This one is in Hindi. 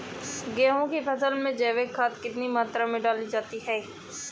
गेहूँ की फसल में जैविक खाद कितनी मात्रा में डाली जाती है?